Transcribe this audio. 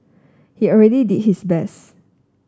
he already did his best